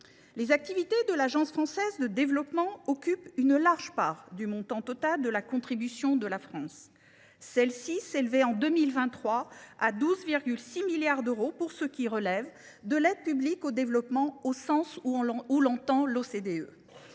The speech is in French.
Les activités de l’Agence française de développement comptent pour une large part dans le montant total de la contribution de la France. Cette contribution s’élève en 2023 à 12,6 milliards d’euros pour ce qui relève de l’aide publique au développement au sens où l’entend l’OCDE.